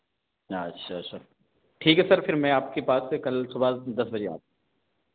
अच्छा अच्छा ठीक है सर फ़िर मैं आपके पास से कल सुबह दस बजे आऊँ